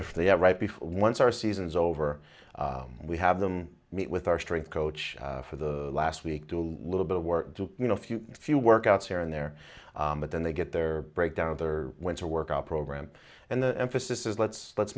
if they are right before once our season is over we have them meet with our strength coach for the last week do a little bit of work do you know a few a few workouts here and there but then they get their break down other winter workout program and the emphasis is let's let's